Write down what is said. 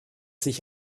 sich